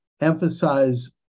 emphasize